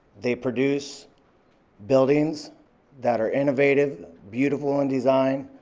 they produce buildings that are innovative, beautiful in design,